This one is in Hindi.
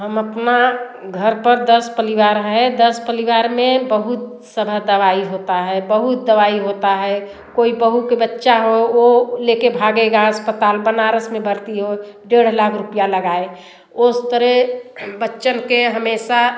हम अपना घर पर दस परिवार है दस परिवार में बहुत तरह दवाई होता है बहुत दवाई होता है कोई बहू के बच्चा हो वो लेके भागेगा अस्पताल बनारस में भर्ती हो डेढ़ लाख रुपया लगाए उस तरह बच्चन के हमेशा